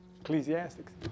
Ecclesiastics